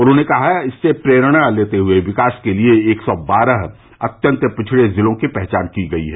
उन्होंने कहा कि इससे प्रेरणा लेते हुए विकास के लिए एक सौ बारह अत्यंत पिछड़े जिलों की पहचान की गयी है